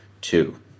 two